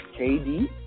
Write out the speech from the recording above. KD